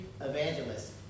evangelist